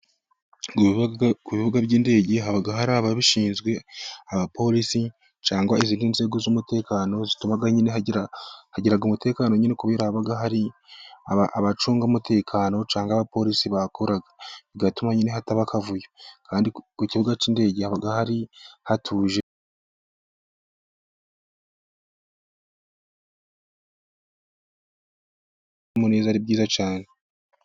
Ku bibuga by'indege haba hari ababishinzwe, abapolisi cyangwa izindi nzego z'umutekano. Zituma hagira umutekano nyine kubera haba hari abacunga mutekano cyangwa abaporisi bahakora, bigatuma nyine hataba akavuyo Kandi ku kibuga cy'indege haba hatuje ari byiza cyane.